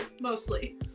mostly